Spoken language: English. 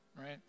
right